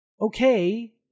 okay